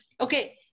okay